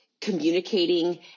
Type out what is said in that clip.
communicating